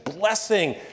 blessing